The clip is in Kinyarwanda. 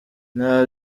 nta